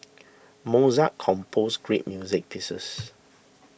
Mozart composed great music pieces